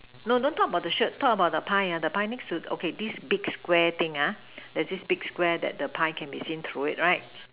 no don't talk about the shirt talk about the pie the pie okay this big Square thing there's this big Square that the pie can be seen through it right